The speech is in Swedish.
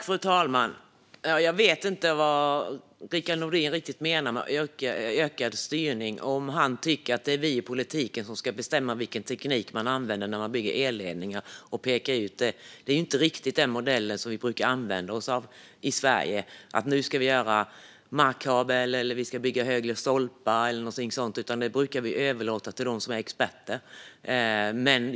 Fru talman! Jag vet inte riktigt vad Rickard Nordin menar med ökad styrning - om han tycker att det är vi i politiken som ska bestämma vilken teknik som ska användas när man bygger elledningar och peka ut det. Det är inte riktigt den modell vi brukar använda oss av i Sverige, alltså att politikerna säger att man ska gräva markkabel, bygga högre stolpar eller någonting sådant, utan det brukar vi överlåta till dem som är experter.